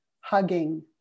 hugging